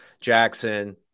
Jackson